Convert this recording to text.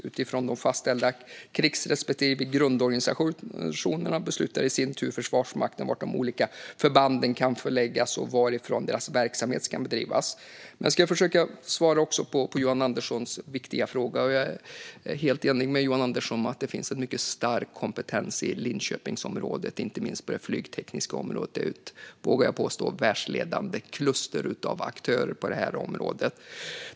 Utifrån de fastställda krigs respektive grundorganisationerna beslutar i sin tur Försvarsmakten var de olika förbanden kan förläggas och varifrån deras verksamhet ska bedrivas. Jag ska försöka svara på Johan Anderssons viktiga frågor. Jag är helt enig med honom om att det finns en mycket stark kompetens i Linköpingsområdet, inte minst på det flygtekniska området. Jag vågar påstå att det är ett världsledande kluster av aktörer på området.